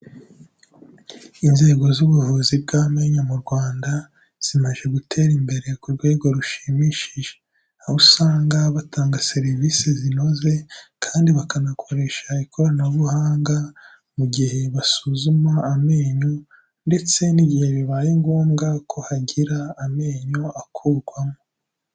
Inzego z'ubuvuzi bw'amenyo mu Rwanda, zimaze gutera imbere ku rwego rushimishije. Aho usanga batanga serivisi zinoze kandi bakanakoresha ikoranabuhanga, mu gihe basuzuma amenyo ndetse n'igihe bibaye ngombwa ko hagira amenyo akurwamo.